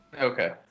Okay